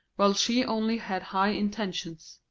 while she only had high intentions.